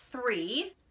three